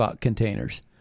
containers